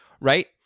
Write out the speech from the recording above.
Right